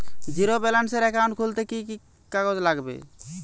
Zero ব্যালেন্সের account খুলতে কি কি কাগজ লাগবে?